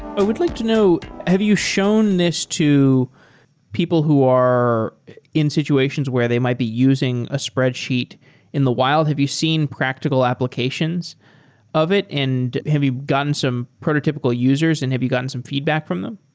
but would like to know, have you shown this to people who are in situations where they might be using a spreadsheet in the wild? have you seen practical applications of it and have you gotten some prototypical users, and have you gotten some feedback from them?